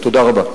תודה רבה.